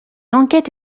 enquête